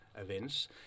events